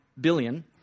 billion